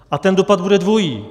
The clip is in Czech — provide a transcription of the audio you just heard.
A ten dopad bude dvojí.